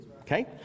okay